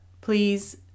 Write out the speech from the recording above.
please